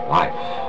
life